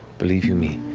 believe you me,